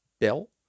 Bell